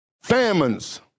famines